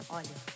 olha